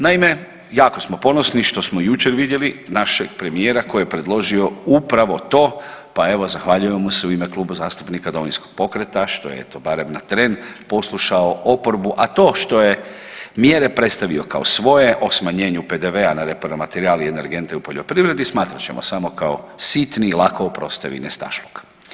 Naime, jako smo ponosni što smo jučer vidjeli našeg premijera koji je predložio upravo to, pa evo zahvaljujem mu se u ime Kluba zastupnika Domovinskog pokreta što je eto barem na tren poslušao oporbu, a to što je mjere predstavio kao svoje o smanjenju PDV-a na repromaterijal i energente u poljoprivredi smatrat ćemo samo kao sitni i lako oprostivi nestašluk.